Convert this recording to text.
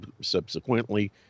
subsequently